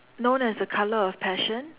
known as the colour of passion